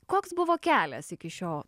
koks buvo kelias iki šio